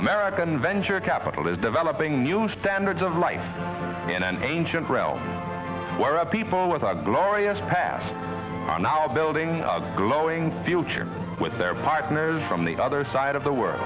american venture capital is developing new standards of life in an ancient realm where a people with a glorious past are now building a glowing future with their partners from the other side of the world